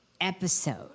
episode